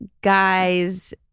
guys